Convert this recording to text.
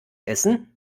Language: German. essen